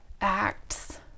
acts